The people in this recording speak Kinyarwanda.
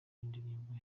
y’indirimbo